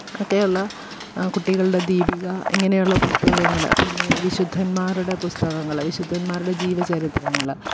ഒക്കെ ഉള്ള കുട്ടികളുടെ ദീപിക ഇങ്ങനെയുള്ള പുസ്തകങ്ങൾ പിന്നെ വിശുദ്ധന്മാരുടെ പുസ്തകങ്ങൾ വിശുദ്ധന്മാരുടെ ജീവചരിത്രങ്ങൾ